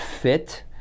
fit